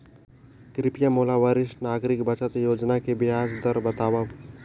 कृपया मोला वरिष्ठ नागरिक बचत योजना के ब्याज दर बतावव